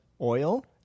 oil